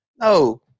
No